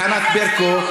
את ענת ברקו,